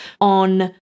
on